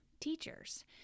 teachers